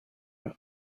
are